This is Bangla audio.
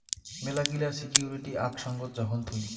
মেলাগিলা সিকুইরিটি আক সঙ্গত যখন থুই